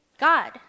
God